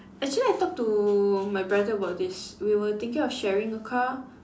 actually I talked to my brother about this we were thinking of sharing a car